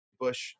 Bush